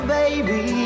baby